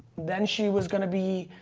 then she was going to be,